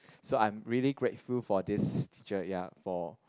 so I'm really grateful for this teacher ya for